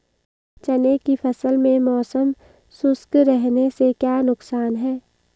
चने की फसल में मौसम शुष्क रहने से क्या नुकसान है?